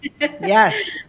Yes